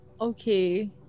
Okay